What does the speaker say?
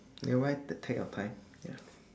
never mind just take your time ya